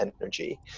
energy